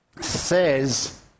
says